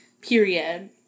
Period